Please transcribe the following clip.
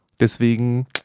deswegen